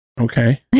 Okay